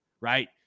right